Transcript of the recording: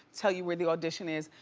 tell you where the audition is,